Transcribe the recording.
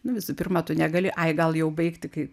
nu visų pirma tu negali ai gal jau baigti kai